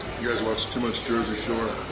you guys watch too much jersey shore!